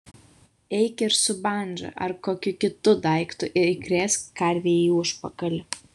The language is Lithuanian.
eik ir su bandža ar kokiu kitu daiktu įkrėsk karvei į užpakalį